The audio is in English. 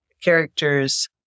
Characters